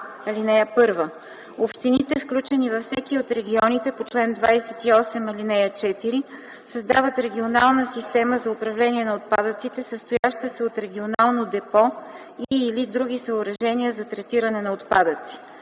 19а. (1) Общините, включени във всеки от регионите по чл. 28, ал. 4, създават регионална система за управление на отпадъците, състояща се от регионално депо и/или други съоръжения за третиране на отпадъци.